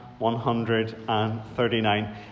139